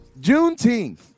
juneteenth